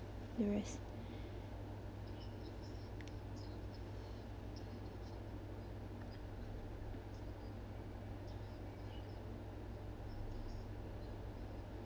the rest